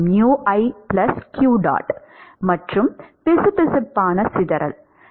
மற்றும் பிசுபிசுப்பான சிதறல் ஆகும்